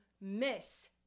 miss